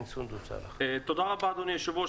תודה רבה אדוני היושב ראש.